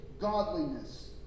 godliness